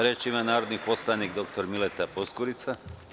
Reč ima narodni poslanik dr Mileta Poskurica.